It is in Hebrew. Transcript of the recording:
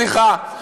סליחה,